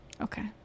Okay